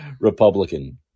Republican